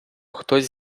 хтось